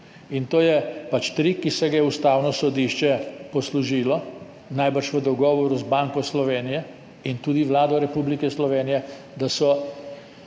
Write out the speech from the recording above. in to je pač trik, ki se ga je poslužilo Ustavno sodišče, najbrž v dogovoru z Banko Slovenije in tudi Vlado Republike Slovenije, da so